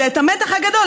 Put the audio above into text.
זה את המתח הגדול,